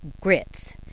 Grits